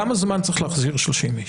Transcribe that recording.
כמה זמן צריך להחזיר 30 איש?